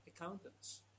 accountants